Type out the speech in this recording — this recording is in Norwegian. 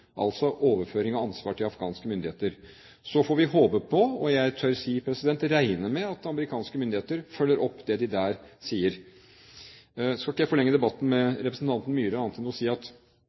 altså overføring av ansvar til afghanske myndigheter. Så får vi håpe på – og jeg tør si regne med – at amerikanske myndigheter følger opp det de der sier. Nå skal ikke jeg forlenge debatten med representanten Myhre,